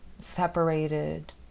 separated